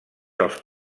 els